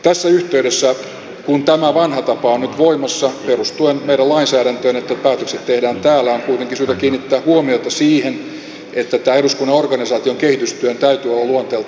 tässä yhteydessä kun tämä vanha tapa on nyt voimassa perustuen meidän lainsäädäntöömme että ne päätökset tehdään täällä on kuitenkin syytä kiinnittää huomiota siihen että eduskunnan organisaation kehitystyön täytyy olla luonteeltaan jatkuvaa